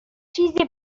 چیزی